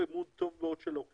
לא.